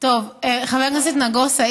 חבר הכנסת נגוסה,